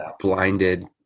blinded